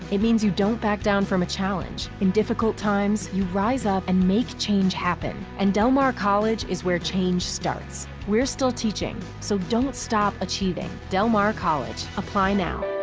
it means you don't back down from a challenge. in difficult times, you rise up and make change happen, and del mar college is where change starts. we're still teaching, so don't stop achieving. del mar college, apply now.